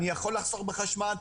אני יכול לחסוך בחשמל,